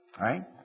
right